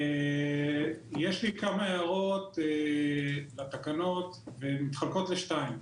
יש לי כמה הערות בתקנות והן מתחלקות לשתיים.